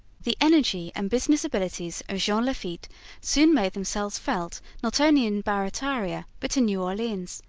the energy and business abilities of jean lafitte soon made themselves felt not only in barrataria, but in new orleans.